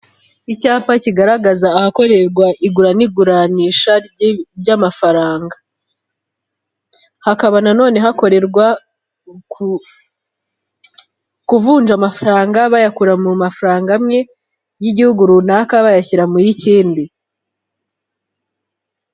Icyapa kigaragaza ahakorerwa igura n'iguranisha ry'amafaranga. Hakaba na none hakorerwa kuvunja amafaranga bayakura mu mafaranga amwe y'iguhugu runaka bayashyira mu y'ikindi.